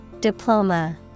Diploma